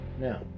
Now